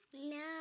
No